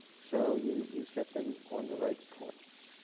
so you you set them on the right course.